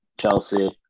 Chelsea